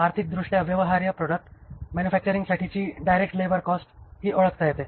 आर्थिक दृष्ट्या व्यवहार्य प्रॉडक्ट मॅन्युफॅक्चरिंगसाठी डायरेक्ट लेबर कॉस्ट ही ओळखता येते